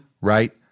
right